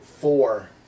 four